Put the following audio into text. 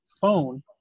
phone